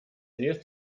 ist